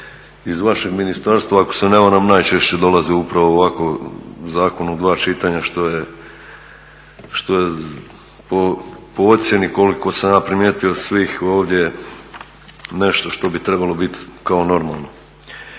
Iz vašeg ministarstva ako se ne varam najčešće dolaze upravo ovako zakon u dva čitanja što je po ocjeni koliko sam ja primijetio svih ovdje nešto što bi trebalo biti kao normalno.